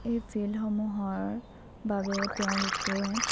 এই ফিল্ডসমূহৰ বাবে তেওঁলোকে